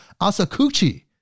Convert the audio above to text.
Asakuchi